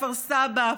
כפר סבא,